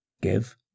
Give